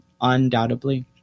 undoubtedly